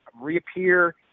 reappear